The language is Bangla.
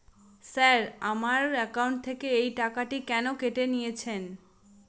স্যার আমার একাউন্ট থেকে এই টাকাটি কেন কেটে নিয়েছেন?